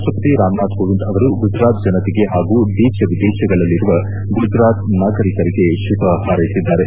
ರಾಷ್ಟಪತಿ ರಾಮನಾಥ್ ಕೋವಿಂದ್ ಅವರು ಗುಜರಾತ್ ಜನತೆಗೆ ಹಾಗೂ ದೇಶ ವಿದೇಶಗಳಲ್ಲಿರುವ ಗುಜರಾತ್ ನಾಗರಿಕರಿಗೆ ಶುಭ ಹಾರೈಸಿದ್ದಾರೆ